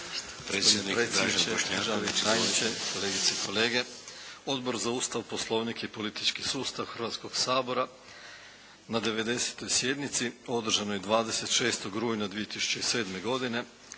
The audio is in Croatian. predsjedniče, državni tajniče, kolegice i kolege. Odbor za Ustav, Poslovnik i politički sustav Hrvatskog sabora na 90. sjednici održanoj 26. rujna 2007. godine